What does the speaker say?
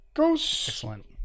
excellent